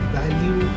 value